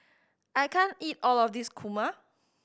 I can't eat all of this kurma